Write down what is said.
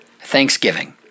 Thanksgiving